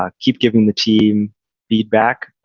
um keep giving the team feedback,